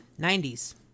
90s